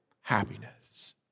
happiness